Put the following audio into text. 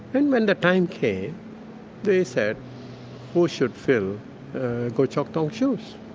and when the time came they said who should fill gow chok tong's shoes?